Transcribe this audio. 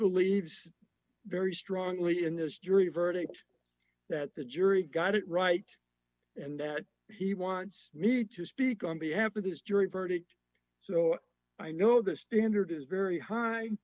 believes very strongly in this jury verdict that the jury got it right and that he wants me to speak on behalf of this jury verdict so i know the standard is very high